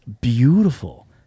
beautiful